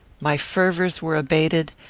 my fervours were abated,